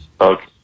Okay